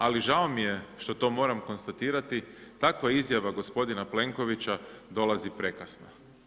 Ali žao mi je što to moram konstatirati, takva izjava gospodina Plenkovića dolazi prekasno.